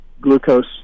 glucose